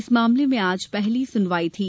इस मामले में आज पहली सुनवाई थी